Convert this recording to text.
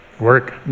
work